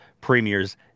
premier's